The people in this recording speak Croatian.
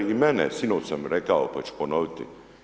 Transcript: I mene, sinoć sam rekao pa ću ponoviti.